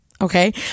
Okay